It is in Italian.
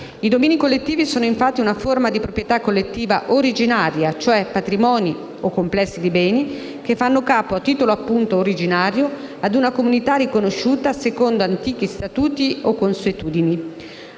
I domini collettivi sono, infatti, una forma di proprietà collettiva originaria, cioè patrimoni o complessi di beni che fanno capo, a titolo appunto originario, a una comunità riconosciuta secondo antichi statuti o consuetudini.